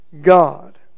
God